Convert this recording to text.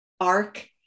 arc